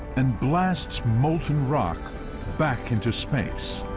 and blasts molten rock back into space